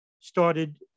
Started